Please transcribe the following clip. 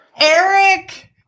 Eric